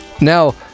Now